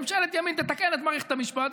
ממשלת ימין תתקן את מערכת המשפט,